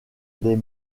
des